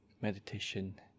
Meditation